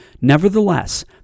Nevertheless